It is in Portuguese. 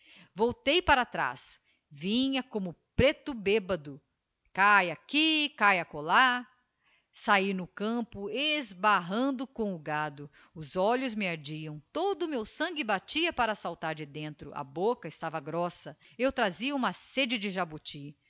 voltei para traz vinha como preto bêbado cáe aqui cáe acolá sahi no campo esbarrando com o gado os olhos me ardiam todo o meu sangue batia para saltar de dentro a bocca estava grossa eu trazia uma sede de jaboti